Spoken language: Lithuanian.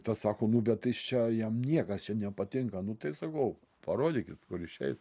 tas sako nu bet is čia jam niekas čia nepatinka nu tai sakau parodykit kur išeit